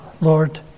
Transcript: Lord